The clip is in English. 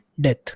death